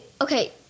okay